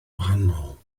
wahanol